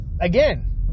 again